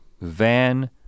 van